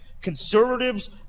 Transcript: conservatives